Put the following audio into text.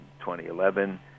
2011